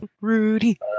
Rudy